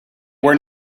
were